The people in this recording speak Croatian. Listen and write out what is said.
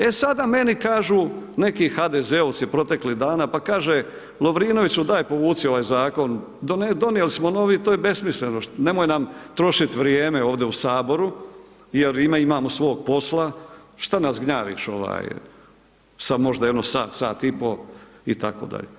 E, sada meni kažu neki HDZ-ovci proteklih dana, pa kaže, Lovrinoviću daj povuci ovaj zakon, donijeli smo novi, to je besmisleno, nemoj nam trošit vrijeme ovdje u HS jer imamo svog posla, šta nas gnjaviš sa možda jedno sat, sat i po itd.